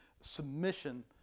submission